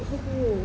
!oho! oh